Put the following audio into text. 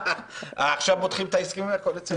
עכשיו פותחים את ההסכמים הקואליציוניים.